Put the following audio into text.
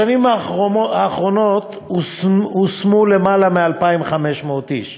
בשנים אחרונות הושמו יותר מ-2,500 איש